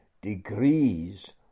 degrees